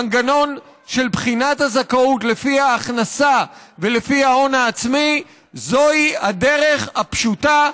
מנגנון של בחינת הזכאות לפי ההכנסה ולפי ההון העצמי הוא הדרך הפשוטה,